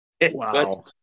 Wow